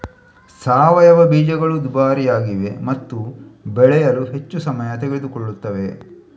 ಸಾವಯವ ಬೀಜಗಳು ದುಬಾರಿಯಾಗಿವೆ ಮತ್ತು ಬೆಳೆಯಲು ಹೆಚ್ಚು ಸಮಯ ತೆಗೆದುಕೊಳ್ಳುತ್ತವೆ